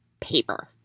paper